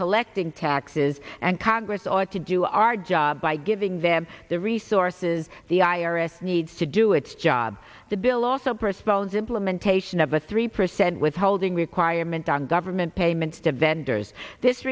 collecting taxes and congress ought to do our job by giving them the resources the i r s needs to do its job the bill also prospectives implementation of a three percent withholding requirement on government payments to vendors this